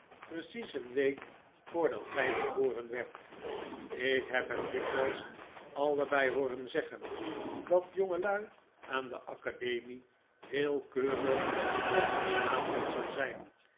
precies een week voordat gij geboren werdt ik heb hen dikwijls allebei hooren zeggen dat jongelui aan de academie heel keurig op hun slaapmutsen zijn